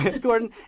Gordon